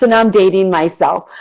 and um dating myself.